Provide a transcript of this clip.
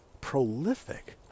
prolific